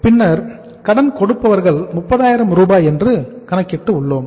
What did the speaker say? பின்னர் கடன் கொடுப்பவர்கள் 30000 ரூபாய் என்று கணக்கிட்டு உள்ளோம்